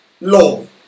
love